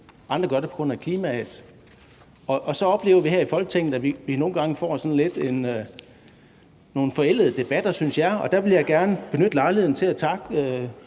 andre gør det på grund af klimaet, og så oplever vi her i Folketinget, at vi nogle gange får nogle lidt forældede debatter, synes jeg, og der vil jeg gerne benytte lejligheden til at takke